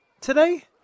today